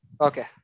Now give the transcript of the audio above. okay